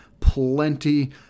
plenty